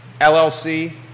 LLC